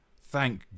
Thank